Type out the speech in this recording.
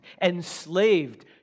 enslaved